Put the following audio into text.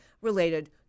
related